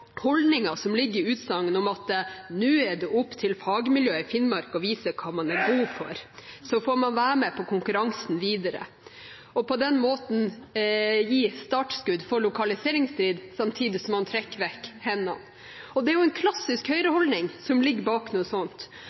holdninger som ligger i utsagn om at nå er det opp til fagmiljøet i Finnmark å vise hva man er god for, så får man være med på konkurransen videre – og på den måten gi startskudd for lokaliseringsstrid, samtidig som man trekker vekk hendene. Det er en klassisk Høyre-holdning som ligger bak noe sånt.